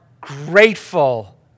grateful